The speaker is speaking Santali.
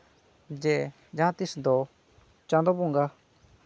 ᱡᱮ ᱡᱟᱦᱟᱸ ᱛᱤᱥ ᱫᱚ ᱪᱟᱸᱫᱳ ᱵᱚᱸᱜᱟ